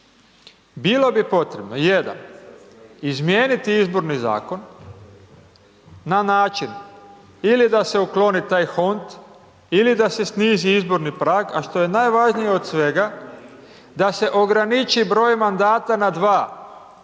Bilo bi potrebno, jedan, izmijeniti izborni zakon na način ili da se ukloni taj hont ili da se snizi izborni prag, a što je najvažnije od svega da se ograniči broj mandata na dva, da